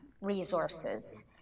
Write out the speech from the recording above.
resources